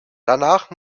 danach